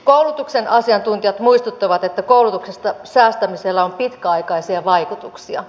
koulutuksen asiantuntijat muistuttavat että koulutuksesta säästämisellä on pitkäaikaisia vaikutuksia